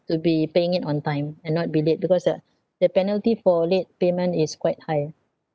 to be paying it on time and not be late because uh the penalty for late payment is quite high ah